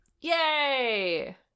yay